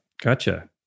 Gotcha